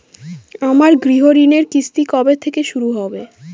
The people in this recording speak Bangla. আমার গৃহঋণের কিস্তি কবে থেকে শুরু হবে?